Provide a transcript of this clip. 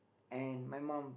and my mom